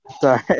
Sorry